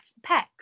pecs